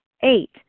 Eight